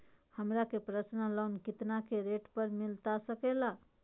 हमरा के personal loan कितना के रेट पर मिलता सके ला?